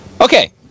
okay